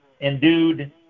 endued